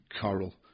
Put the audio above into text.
coral